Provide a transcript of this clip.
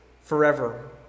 forever